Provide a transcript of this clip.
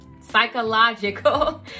psychological